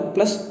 Plus